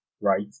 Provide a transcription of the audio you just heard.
right